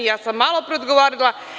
Ja sam malopre odgovarala.